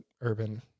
urban